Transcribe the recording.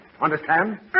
Understand